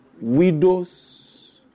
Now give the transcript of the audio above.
widows